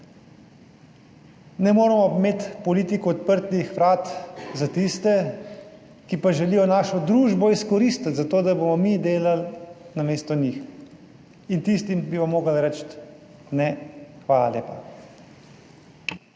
Ne moremo imeti politiko odprtih vrat za tiste, ki pa želijo našo družbo izkoristiti za to, da bomo mi delali namesto njih. In tistim bi vam morali reči: ne, hvala lepa.